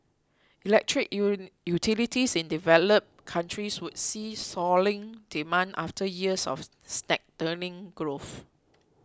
electric utilities in developed countries would see soaring demand after years of stagnating growth